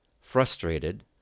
Frustrated